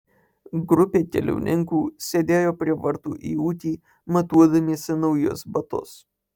grupė keliauninkų sėdėjo prie vartų į ūkį matuodamiesi naujus batus